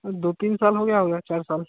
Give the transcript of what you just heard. दो तीन साल हो गया होगा चार साल